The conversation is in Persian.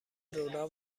لورا